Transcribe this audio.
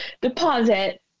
deposit